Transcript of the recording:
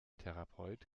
therapeut